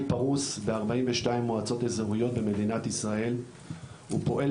ופחות מחמישה חודשים נחנכה היחידה הראשונה במועצה אזורית בני שמעון.